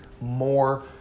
more